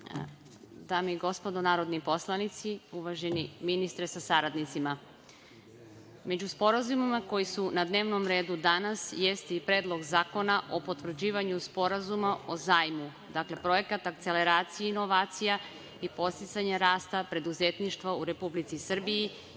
i gospodo narodni poslanici, uvaženi ministre sa saradnicima, među sporazumima koji su na dnevnom redu danas jeste i Predlog zakona o potvrđivanju Sporazuma o zajmu, dakle projekata akceleracija i inovacija i podsticanja rasta preduzetništva u Republici Srbiji